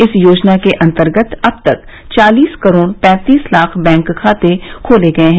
इस योजना के अंतर्गत अब तक चालिस करोड पैंतीस लाख बैंक खाते खोले गए हैं